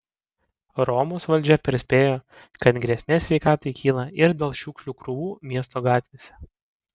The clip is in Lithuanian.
romos valdžia perspėjo kad grėsmė sveikatai kyla ir dėl šiukšlių krūvų miesto gatvėse